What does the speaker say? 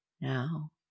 now